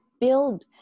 build